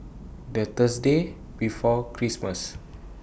The Thursday before Christmas